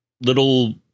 little